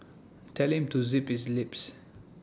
tell him to zip his lips